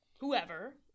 whoever